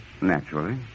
Naturally